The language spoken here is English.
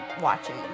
watching